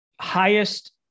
highest